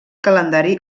calendari